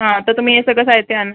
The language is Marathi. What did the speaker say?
हां तर तुम्ही हे सगळं साहित्य आणा